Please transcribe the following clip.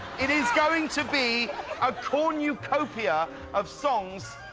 it is going to be a cornucopia of songs,